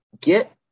Get